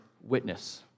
witness